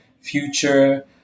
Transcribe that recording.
future